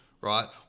right